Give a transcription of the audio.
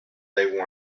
they